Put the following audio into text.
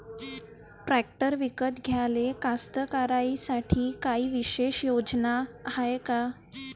Tractor विकत घ्याले कास्तकाराइसाठी कायी विशेष योजना हाय का?